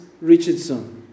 Richardson